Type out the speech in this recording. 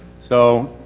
so